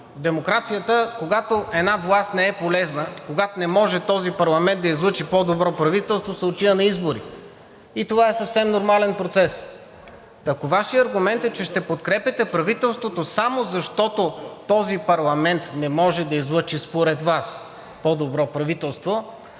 демокрацията, когато една власт не е полезна, когато не може този парламент да излъчи по-добро правителство, се отива на избори. И това е съвсем нормален процес. Та, ако Вашият аргумент е, че ще подкрепяте правителството само защото този парламент не може да излъчи според Вас по добро правителство,